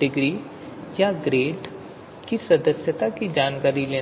degree या grade की सदास्यता की जानकारी लेना